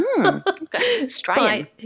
Australian